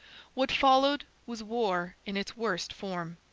what followed was war in its worst form,